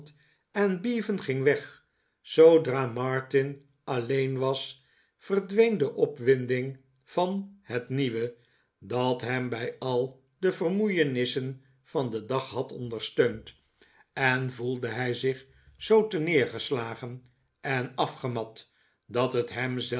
en bevan ging weg zoodra martin alleen was verdween de opwinding van het nieuwe dat hem bij al de vermoeienissen van den dag had ondersteund en voelde hij zich zoo terneergeslagen en afgemat dat het hem